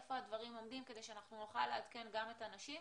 איפה הדברים עומדים כדי שאנחנו נוכל לעדכן גם את הנשים.